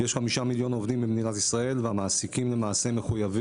יש חמישה מיליון עובדים במדינת ישראל והמעסיקים מחויבים